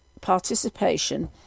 participation